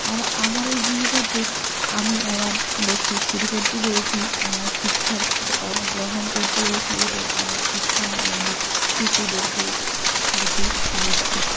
আর আমার এই জীবিকাতে আমি আমার লক্ষ্য স্থির করতে পেরেছি আমার শিক্ষার গ্রহণ করতে পেরেছি এবং আমার শিক্ষা আমি অনেক শিশুদেরকেও দিতে পারছি